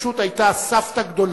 פשוט היתה סבתא גדולה,